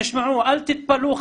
אל תתפלאו,